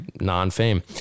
non-fame